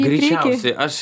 greičiausiai aš